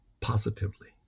positively